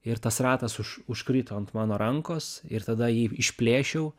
ir tas ratas už užkrito ant mano rankos ir tada jį išplėšiau